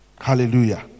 Hallelujah